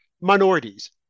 Minorities